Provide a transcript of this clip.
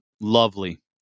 Lovely